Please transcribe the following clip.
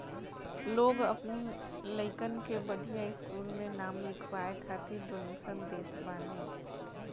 लोग अपनी लइकन के बढ़िया स्कूल में नाम लिखवाए खातिर डोनेशन देत बाने